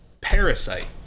Parasite